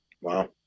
Wow